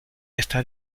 está